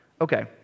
Okay